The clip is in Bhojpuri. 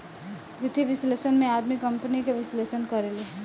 वित्तीय विश्लेषक में आदमी कंपनी के विश्लेषण करेले